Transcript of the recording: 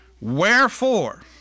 Wherefore